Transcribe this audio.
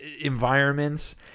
environments